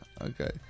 Okay